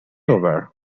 over